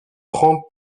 prend